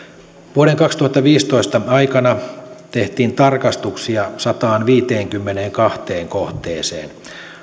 vuoden kaksituhattaviisitoista aikana tehtiin tarkastuksia sadanteenviidenteenkymmenenteentoiseen kohteeseen